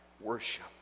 worship